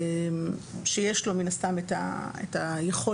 שמן הסתם יש לו את היכולת,